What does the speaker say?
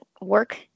work